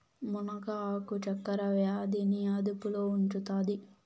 మునగ ఆకు చక్కర వ్యాధి ని అదుపులో ఉంచుతాది